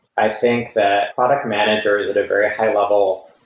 i think that product manager is at a very high level,